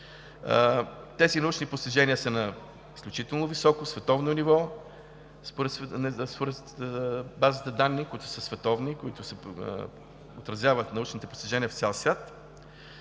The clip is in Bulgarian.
Тези научни постижения са на изключително високо, световно ниво според базата данни, които са световни и в които се отразяват научните постижения в цял свят.